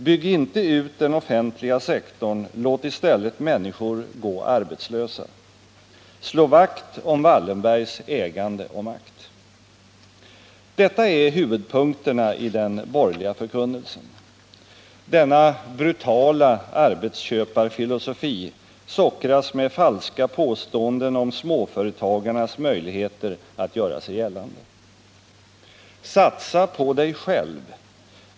Bygg inte ut den offentliga sektorn, låt i stället människor gå arbetslösa. Slå vakt om Wallenbergs ägande och makt. Detta är huvudpunkterna i den borgerliga förkunnelsen. Denna brutala arbetsköparfilosofi sockras med falska påståenden om småföretagarnas möjligheter att göra sig gällande. Satsa på dig själv!